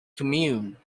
commune